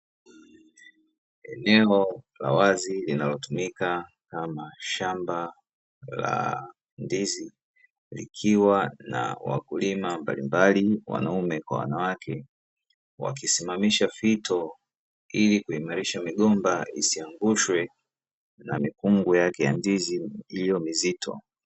Eneo la wazi linalo tumika kama shamba la ndizi, likiwa na wakulima mbalimbali wanaume kwa wanawake, wakisimamisha fito ili kuimarisha migomba isiangushwe na mikungu yake ya ndizi iliyo mizito.